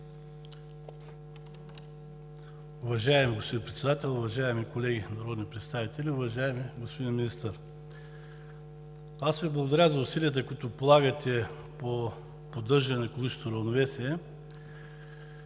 Уважаеми господин Председател, уважаеми колеги народни представители! Уважаеми господин Министър, аз Ви благодаря за усилията, които полагате за поддържане на екологичното равновесие,